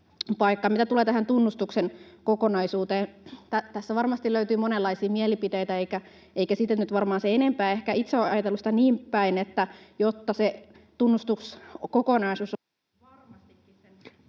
Mitä tulee tähän tunnustuksen kokonaisuuteen, tässä varmasti löytyy monenlaisia mielipiteitä, eikä siitä nyt varmaan sen enempää. Ehkä itse olen ajatellut sitä niin päin, että jotta se tunnustuskokonaisuus...